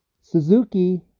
Suzuki